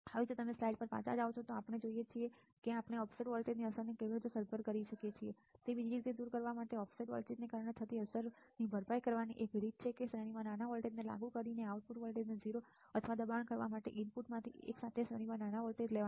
હવે જો તમે સ્લાઇડ પર પાછા જાઓ તો આપણે શું જોઈએ છીએ કે આપણે ઓફસેટ વોલ્ટેજની અસરને કેવી રીતે સરભર કરી શકીએ છીએ તે બીજી રીતે કરવા માટે ઓફસેટ વોલ્ટેજને કારણે થતી અસરની ભરપાઈ કરવાની એક રીત એ છે કે શ્રેણીમાં નાના વોલ્ટેજને લાગુ કરીને આઉટપુટ વોલ્ટેજને 0 થવા માટે દબાણ કરવા માટે ઇનપુટમાંથી એક સાથે શ્રેણીમાં નાના વોલ્ટેજ લેવાના